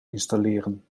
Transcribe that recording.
installeren